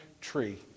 tree